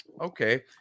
okay